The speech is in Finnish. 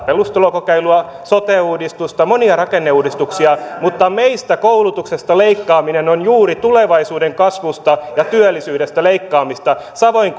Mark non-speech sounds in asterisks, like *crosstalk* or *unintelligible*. *unintelligible* perustulokokeilua sote uudistusta ja monia rakenneuudistuksia mutta meistä koulutuksesta leikkaaminen on juuri tulevaisuuden kasvusta ja työllisyydestä leikkaamista samoin *unintelligible*